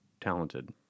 talented